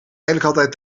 eigenlijk